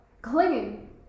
Clinging